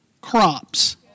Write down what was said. crops